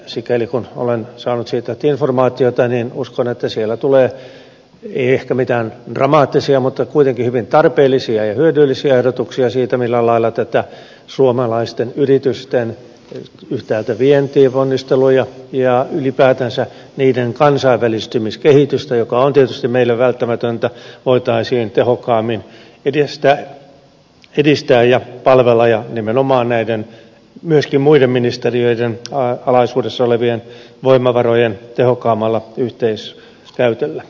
sikäli kuin olen saanut siitä nyt informaatiota niin uskon että siellä tulee ei ehkä mitään dramaattisia mutta kuitenkin hyvin tarpeellisia ja hyödyllisiä ehdotuksia siitä millä lailla suomalaisten yritysten yhtäältä vientiponnisteluja ja ylipäätänsä niiden kansainvälistymiskehitystä joka on tietysti meille välttämätöntä voitaisiin tehokkaammin edistää ja palvella nimenomaan myöskin muiden ministeriöiden alaisuudessa olevien voimavarojen tehokkaammalla yhteiskäytöllä